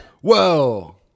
Whoa